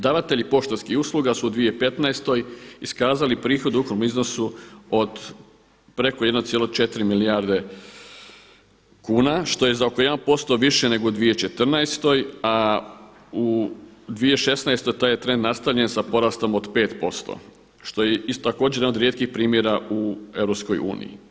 Davatelji poštanskih usluga su u 2015. iskazali prihod u ukupnom iznosu od preko 1,4 milijarde kuna što je za oko 1% više nego u 2014. a u 2016. taj je trend nastavljen sa porastom od 5% što je također jedan od rijetkih primjera u EU.